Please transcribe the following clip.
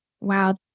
Wow